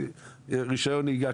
רישיון נהיגה,